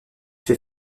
fait